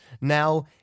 Now